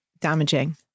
damaging